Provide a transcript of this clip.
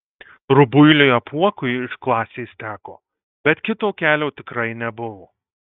rubuiliui apuokui iš klasės teko bet kito kelio tikrai nebuvo